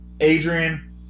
Adrian